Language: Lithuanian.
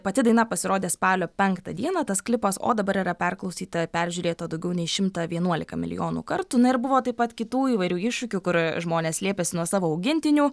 pati daina pasirodė spalio penktą dieną tas klipas o dabar yra perklausyta peržiūrėta daugiau nei šimtą vienuolika milijonų kartų na ir buvo taip pat kitų įvairių iššūkių kur žmonės slėpėsi nuo savo augintinių